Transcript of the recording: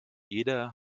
jeder